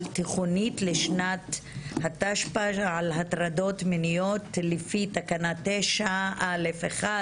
תיכונית לשנת התשפ"ב על הטרדות מיניות לפי תקנה 9(א1)(5)